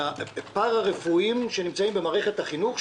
על הפרה-רפואיים שנמצאים במערכת החינוך,